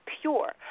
pure